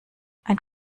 ein